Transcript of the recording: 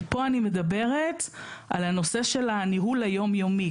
פה אני מדברת על הנושא של הניהול היומיומי.